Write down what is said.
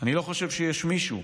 אני לא חושב שיש מישהו,